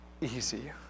easy